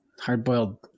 hard-boiled